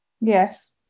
Yes